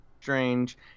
Strange